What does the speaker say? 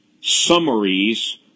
summaries